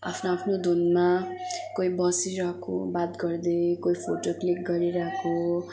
आफ्नो आफ्नो धुनमा कोही बसिरहेको बात गर्दै कोही फोटो क्लिक गरिरहेको